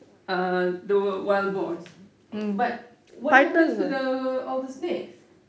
uh the wild boars but what happens to the all the snakes